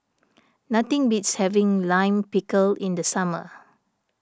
nothing beats having Lime Pickle in the summer